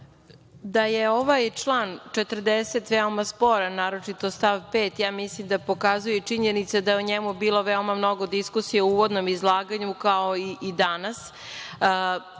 je ovaj član 40. veoma sporan, naročito stav 5, mislim da pokazuje i činjenica da je o njemu bilo veoma mnogo diskusije u uvodnom izlaganju, kao i danas. Ja